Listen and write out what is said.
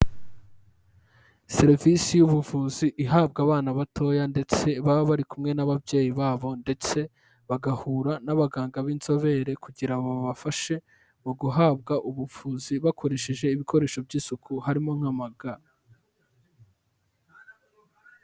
Serivisi y'ubuvuzi ihabwa abana batoya ndetse baba bari kumwe n'ababyeyi babo ndetse bagahura n'abaganga b'inzobere kugira ngo babafashe mu guhabwa ubuvuzi bakoresheje ibikoresho by'isuku, harimo nk'amaga.